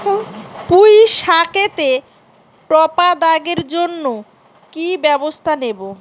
পুই শাকেতে টপা দাগের জন্য কি ব্যবস্থা নেব?